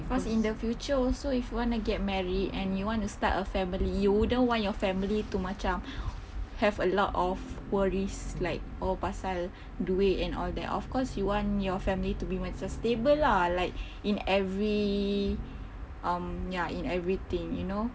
cause in the future also if you want to get married and you want to start a family you wouldn't want your family to macam have a lot of worries like oh pasal duit and all that of course you want your family to be macam stable lah like in every um ya in everything you know